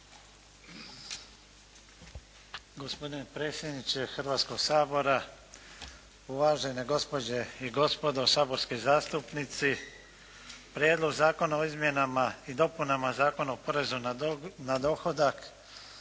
Gospodine predsjedniče Hrvatskoga sabora, uvažene gospođe i gospodo saborski zastupnici. Prijedlog zakona o izmjenama i dopunama Zakona o porezu na dohodak